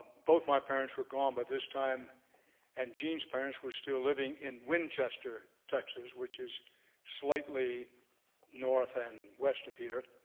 both my parents were gone by this time and jean's parents were still living in winchester, texas, which is slightly north and west of here.